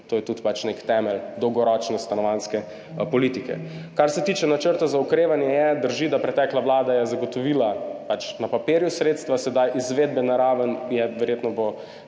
To je tudi nek temelj dolgoročne stanovanjske politike. Kar se tiče načrta za okrevanje, drži, da je pretekla vlada zagotovila pač sredstva na papirju, sedaj izvedbena raven je, verjetno bo